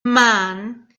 man